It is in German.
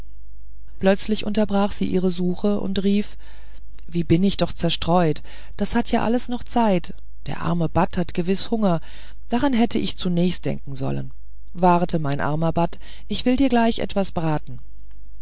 plötzlich unterbrach sie ihr suchen und rief wie bin ich doch zerstreut das hat ja alles noch zeit der arme bat hat gewiß hunger daran hätte ich zunächst denken sollen wart mein armer bat ich will dir gleich etwas braten